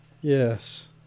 Yes